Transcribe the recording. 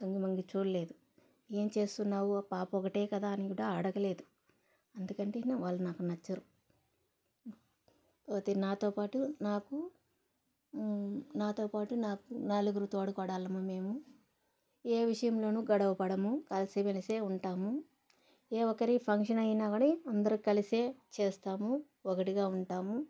ముందు ముందు చూడలేదు ఏం చేస్తున్నావు పాప ఒకటే కదా అని కూడా అడగలేదు అందుకంటే వాళ్ళు నాకు నచ్చరు అది నాతో పాటు నాకు నాతోపాటు నాకు నలుగురు తోడి కోడళ్ళమ్ము మేము ఏ విషయంలోనూ గొడవపడము కలిసి మెలిసే ఉంటాము ఏ ఒక్కరి ఫంక్షన్ అయినా కానీ అందరూ కలిసే చేస్తాము ఒకటిగా ఉంటాము